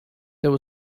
there